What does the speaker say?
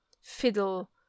fiddle